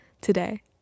today